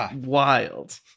wild